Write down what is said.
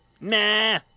nah